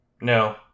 No